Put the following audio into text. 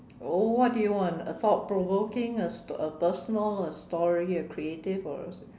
what do you want a thought provoking a a personal a story a creative or a